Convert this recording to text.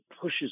pushes